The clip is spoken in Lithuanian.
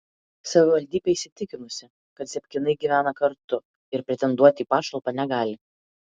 savivaldybė įsitikinusi kad zebkinai gyvena kartu ir pretenduoti į pašalpą negali